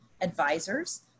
advisors